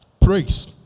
Praise